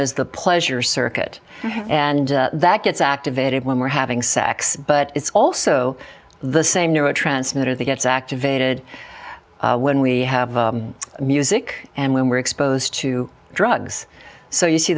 as the pleasure circuit and that gets activated when we're having sex but it's also the same neurotransmitter that gets activated when we have music and when we're exposed to drugs so you see